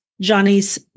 Johnny's